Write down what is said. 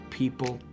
people